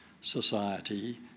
society